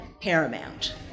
paramount